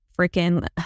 freaking